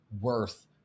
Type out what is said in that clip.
worth